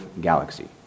Galaxy